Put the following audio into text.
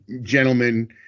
gentlemen